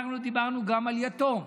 אנחנו דיברנו גם על יתום,